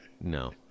no